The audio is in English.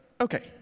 okay